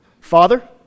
Father